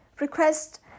request